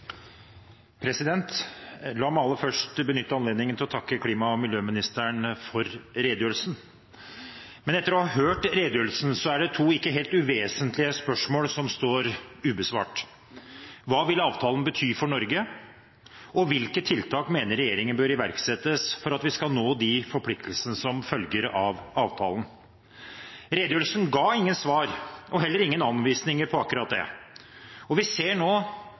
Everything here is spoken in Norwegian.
La meg aller først benytte anledningen til å takke klima- og miljøministeren for redegjørelsen, men etter å ha hørt redegjørelsen er det to ikke helt uvesentlige spørsmål som står ubesvart: Hva vil avtalen bety for Norge? Og: Hvilke tiltak mener regjeringen bør iverksettes for at vi skal nå de forpliktelsene som følger av avtalen? Redegjørelsen ga ingen svar og heller ingen anvisninger for akkurat det, og vi ser nå